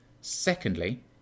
Secondly